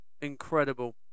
incredible